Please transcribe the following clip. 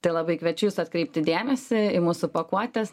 tai labai kviečiu jus atkreipti dėmesį į mūsų pakuotes